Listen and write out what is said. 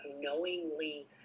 knowingly